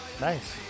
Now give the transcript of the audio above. Nice